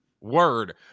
Word